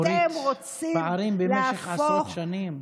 אורית, פערים, במשך עשרות שנים.